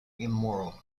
immoral